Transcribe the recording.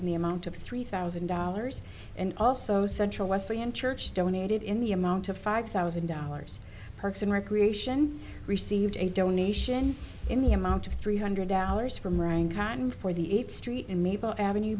in the amount of three thousand dollars and also central wesley and church donated in the amount of five thousand dollars perks and recreation received a donation in the amount of three hundred dollars from rankine for the eighth street